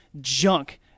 junk